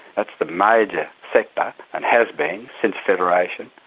that's the major sector and has been since federation,